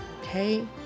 okay